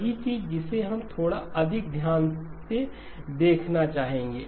वही चीज जिसे हम थोड़ा अधिक ध्यान से देखना चाहेंगे